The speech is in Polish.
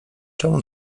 czemu